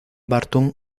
burton